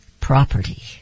Property